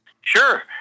Sure